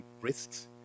risks